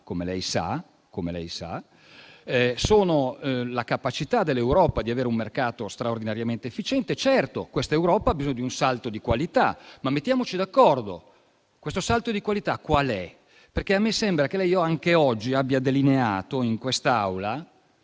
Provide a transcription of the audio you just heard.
come lei sa; sono la capacità dell'Europa di avere un mercato straordinariamente efficiente. Certo, quest'Europa ha bisogno di un salto di qualità, ma mettiamoci d'accordo: questo salto di qualità qual è? A me sembra che lei anche oggi abbia delineato in quest'Aula